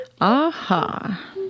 Aha